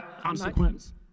consequence